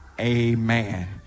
Amen